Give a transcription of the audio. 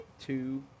two